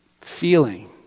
feeling